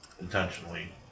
intentionally